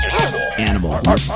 Animal